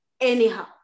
anyhow